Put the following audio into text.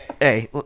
Hey